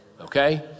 Okay